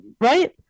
right